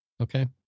Okay